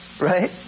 Right